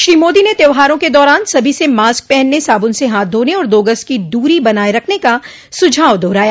श्री मोदी ने त्यौहारों के दौरान सभी से मास्क पहनने साबुन से हाथ धोने और दो गज की दूरी बनाये रखने का सुझाव दोहराया